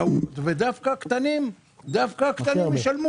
אבל למה דווקא הקטנים צריכים לשלם?